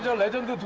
so legends,